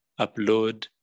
upload